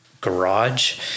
garage